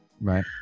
right